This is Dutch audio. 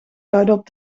luidop